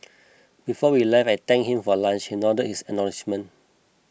before we left I thanked him for lunch he nodded his acknowledgement